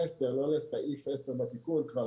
בקובץ המקורי.